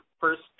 first